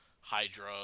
Hydra